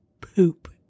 poop